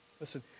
Listen